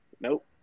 Nope